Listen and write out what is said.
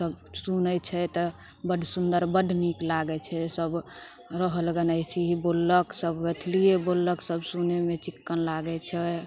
सुनै छै तऽ बड्ड सुन्दर बड्ड नीक लागै छै सभ रहल गन अइसे ही बोललक सभ मैथिलिए बोललक सभ सुनैमे चिक्कन लागै छै